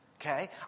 Okay